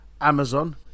Amazon